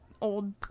old